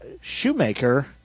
Shoemaker